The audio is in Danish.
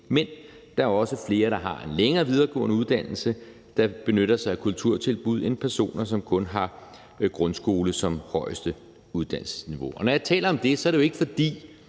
mænd. Der er også flere, der har en længere videregående uddannelse, der benytter sig af kulturtilbud, end personer, som kun har grundskole som højeste uddannelsesniveau. Og når jeg taler om det, er det jo ikke, fordi